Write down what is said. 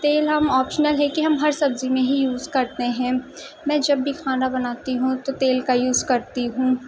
تیل ہم آپشنل ہے کہ ہم ہر سبزی میں ہی یوز کرتے ہیں میں جب بھی کھانا بناتی ہوں تو تیل کا یوز کرتی ہوں